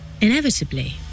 Inevitably